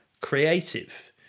creative